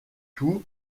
tout